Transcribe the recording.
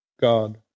God